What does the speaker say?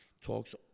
Talks